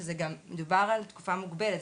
שזה גם מדובר על תקופה מוגבלת,